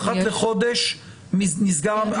שאחת לחודש נסגר?